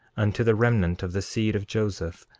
unto the remnant of the seed of joseph,